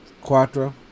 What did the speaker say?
Quattro